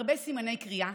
הרבה סימני קריאה,